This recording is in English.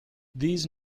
these